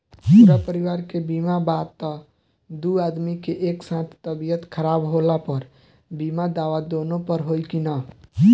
पूरा परिवार के बीमा बा त दु आदमी के एक साथ तबीयत खराब होला पर बीमा दावा दोनों पर होई की न?